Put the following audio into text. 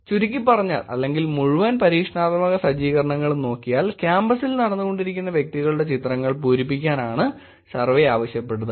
ചുരുക്കിപ്പറഞ്ഞാൽ അല്ലെങ്കിൽ മുഴുവൻ പരീക്ഷണാത്മക സജ്ജീകരണങ്ങളും നോക്കിയാൽ ക്യാമ്പസിൽ നടന്നുകൊണ്ടിരുന്ന വ്യക്തികളുടെ ചിത്രങ്ങൾ പൂരിപ്പിക്കാൻ ആണ് സർവേ ആവശ്യപ്പെട്ടത്